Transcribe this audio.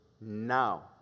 now